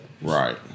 Right